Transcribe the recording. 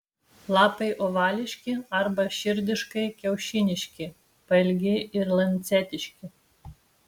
lapai ovališki arba širdiškai kiaušiniški pailgi ir lancetiški